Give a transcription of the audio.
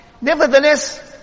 Nevertheless